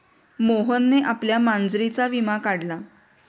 मोहनने आपल्या मांजरीचा विमा काढला